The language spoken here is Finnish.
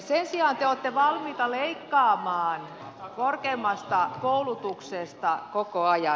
sen sijaan te olette valmiita leikkaamaan korkeimmasta koulutuksesta koko ajan